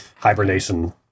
Hibernation